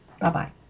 Bye-bye